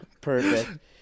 perfect